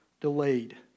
delayed